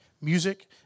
music